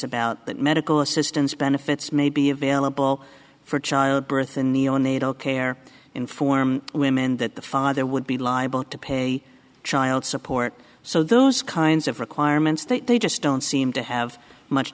about that medical assistance benefits may be available for childbirth and neonatal care inform women that the father would be liable to pay child support so those kinds of requirements that they just don't seem to have much